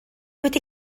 wedi